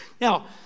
Now